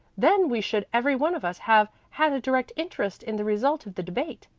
then we should every one of us have had a direct interest in the result of the debate.